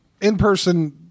in-person